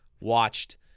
watched